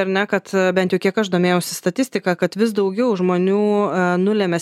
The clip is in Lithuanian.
ar ne kad bent jau kiek aš domėjausi statistika kad vis daugiau žmonių nulemia